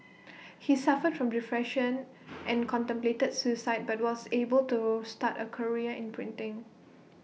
he suffered from depression and contemplated suicide but was able to start A career in printing